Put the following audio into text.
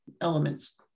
elements